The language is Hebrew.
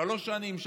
שלוש שנים,